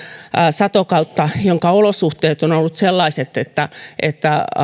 satokautta joiden olosuhteet ovat olleet sellaiset että että